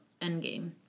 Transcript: Endgame